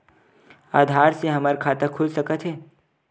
आधार से हमर खाता खुल सकत हे?